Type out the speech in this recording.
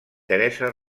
teresa